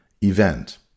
event